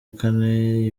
kane